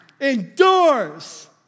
endures